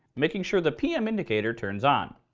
making sure the pm indicator turns on.